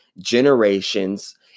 generations